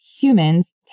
humans